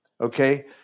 Okay